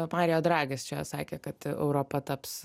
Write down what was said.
mario dragis čia sakė kad europa taps